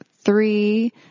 three